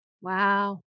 wow